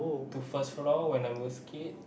to first floor when I was a kid